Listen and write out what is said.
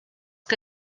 que